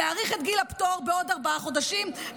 להאריך את גיל הפטור בעוד ארבעה חודשים.